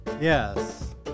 Yes